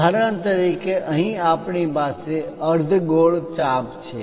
ઉદાહરણ તરીકે અહીં આપણી પાસે અર્ધ ગોળ ચાપ છે